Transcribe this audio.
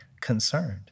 concerned